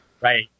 Right